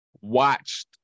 watched